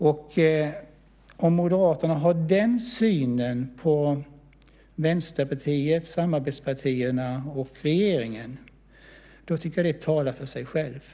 Om Moderaterna har den synen på Vänsterpartiet, samarbetspartierna och regeringen tycker jag att det talar för sig självt.